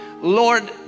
Lord